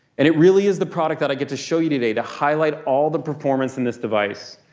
and it really is the product that i get to show you today to highlight all the performance in this device.